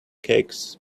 cakes